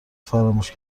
فراموش